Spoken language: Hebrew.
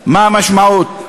מה המשמעות.